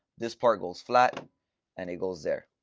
this part goes flat and it goes there.